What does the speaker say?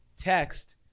text